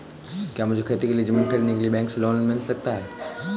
क्या मुझे खेती के लिए ज़मीन खरीदने के लिए बैंक से लोन मिल सकता है?